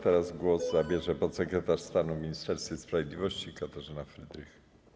Teraz głos zabierze podsekretarz stanu w Ministerstwie Sprawiedliwości Katarzyna Frydrych.